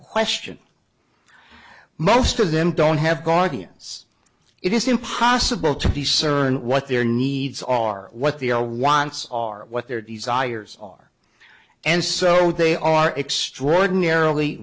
question most of them don't have guardians it is impossible to discern what their needs are what the wants are what their desires are and so they are extraordinarily